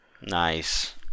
Nice